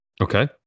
Okay